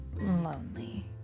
lonely